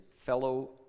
fellow